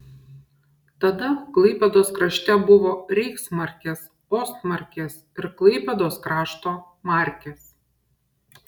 tada klaipėdos krašte buvo reichsmarkės ostmarkės ir klaipėdos krašto markės